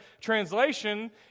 translation